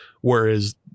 Whereas